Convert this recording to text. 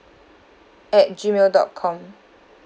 at gmail dot com